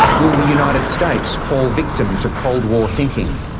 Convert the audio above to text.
will the united states fall victim to cold war thinking?